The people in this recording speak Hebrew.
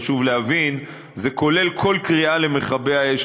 אז חשוב להבין: זה כולל כל קריאה למכבי האש,